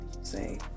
say